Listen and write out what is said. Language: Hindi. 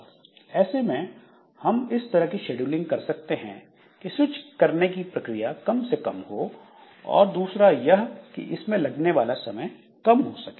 ऐसे में हम इस तरह की शेड्यूलिंग कर सकते हैं की स्विच करने की प्रक्रिया कम से कम हो और दूसरा यह कि इसमें लगने वाला समय कम हो सके